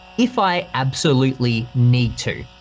if i absolutely need to.